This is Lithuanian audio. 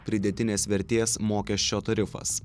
pridėtinės vertės mokesčio tarifas